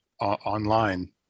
online